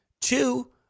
two